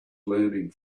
learning